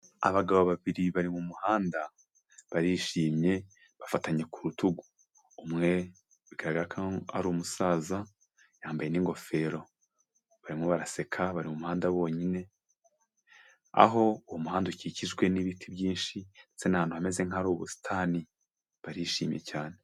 Abagabo babiri bari mu muhanda, barishimye bafatanye ku rutugu, umwe bigaragara ko ari umusaza yambaye n'ingofero, barimo baraseka, bari mu muhanda bonyine, aho uwo muhanda ukikijwe n'ibiti byinshi, ndetse n'ahantu hameze nkaho ari ubusitani, barishimye cyane.